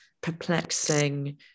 perplexing